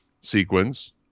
sequence